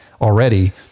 already